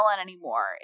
anymore